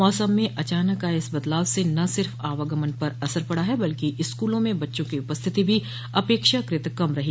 मौसम में अचानक आये इस बदलाव से न सिर्फ आवागमन पर असर पड़ा है बल्कि स्कूलों में बच्चों की उपस्थिति भी अपेक्षाकृत कम रही